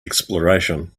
exploration